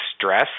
stress